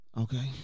Okay